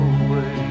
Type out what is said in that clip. away